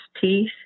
teeth